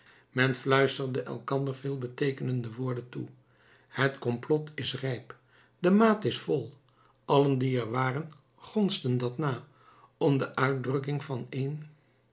men fluisterde elkander veelbeteekenende woorden toe het complot is rijp de maat is vol allen die er waren gonsden dat na om de uitdrukking van een